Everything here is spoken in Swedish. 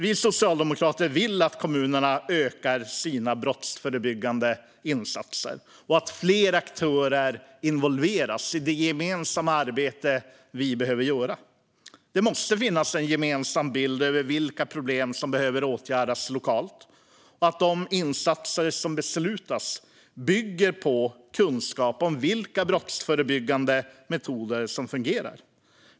Vi socialdemokrater vill att kommunerna ökar sina brottsförebyggande insatser och att fler aktörer involveras i det gemensamma arbete vi behöver göra. Det måste finnas en gemensam bild av vilka problem som behöver åtgärdas lokalt, och de insatser som beslutas måste bygga på kunskap om vilka brottsförebyggande metoder som fungerar.